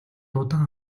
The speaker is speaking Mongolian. удаан